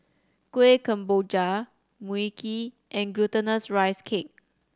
Kuih Kemboja Mui Kee and Glutinous Rice Cake